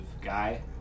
guy